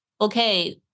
Okay